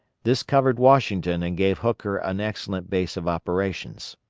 this covered washington and gave hooker an excellent base of operations.